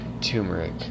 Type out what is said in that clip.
turmeric